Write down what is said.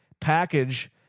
package